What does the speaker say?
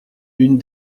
une